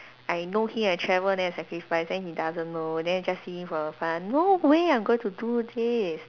I know him I travel then I sacrifice then he doesn't know then you just see him for fun no way I'm going to do this